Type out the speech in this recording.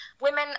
women